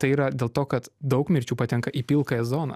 tai yra dėl to kad daug mirčių patenka į pilkąją zoną